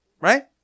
Right